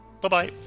Bye-bye